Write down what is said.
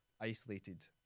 isolated